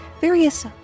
various